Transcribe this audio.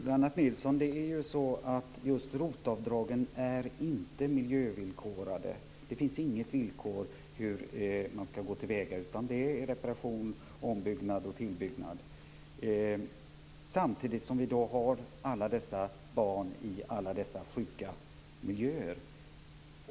Herr talman! Men, Lennart Nilsson, ROT avdragen är inte miljövillkorade. Det finns inga villkor för hur man skall gå till väga, utan det är bara fråga reparation, ombyggnad och tillbyggnad. Samtidigt har vi så många barn i dessa sjuka miljöer.